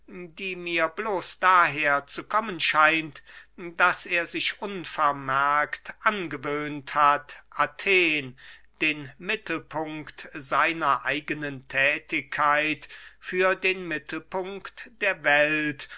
die mir bloß daher zu kommen scheint daß er sich unvermerkt angewöhnt hat athen den mittelpunkt seiner eigenen thätigkeit für den mittelpunkt der welt